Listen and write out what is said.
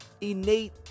innate